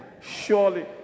Surely